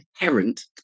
inherent